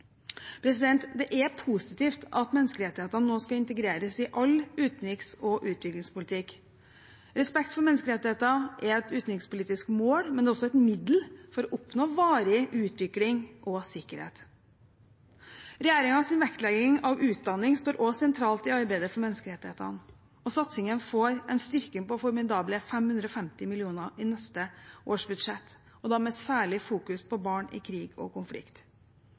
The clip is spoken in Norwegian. Det er positivt at menneskerettighetene nå skal integreres i all utenriks- og utviklingspolitikk. Respekt for menneskerettigheter er et utenrikspolitisk mål, men det er også et middel for å oppnå varig utvikling og sikkerhet. Regjeringens vektlegging av utdanning står også sentralt i arbeidet for menneskerettighetene, og satsingen får en styrking på formidable 550 mill. kr i neste års budsjett – da med et særlig fokus på barn i krig og konflikt.